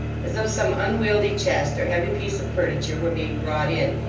as though some unwieldy chest or heavy piece of furniture were being brought in,